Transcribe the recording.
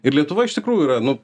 ir lietuva iš tikrųjų yra nu